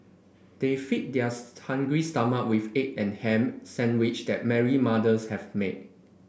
they fed theirs hungry stomach with egg and ham sandwich that Mary mother's have made